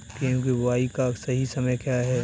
गेहूँ की बुआई का सही समय क्या है?